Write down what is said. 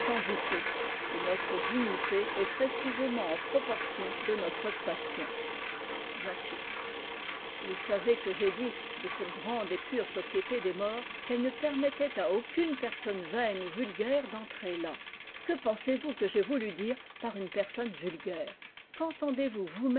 et notre dignité t est précisément en proportions de notre passion vous savez que j'ai dit de cette grande et pure société des morts qu'elle ne permettrait à aucune personne vaine ou vulgaire d'entrer là m que pensez-vous que j'aie voulu dire par une personne vulgaire qu'entendez-vous